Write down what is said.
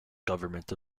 government